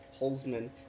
holzman